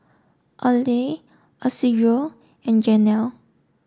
Oley Isidro and Janel